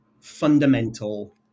fundamental